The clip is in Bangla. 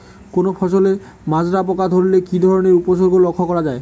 কোনো ফসলে মাজরা পোকা ধরলে কি ধরণের উপসর্গ লক্ষ্য করা যায়?